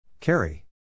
Carry